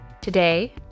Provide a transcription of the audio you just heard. Today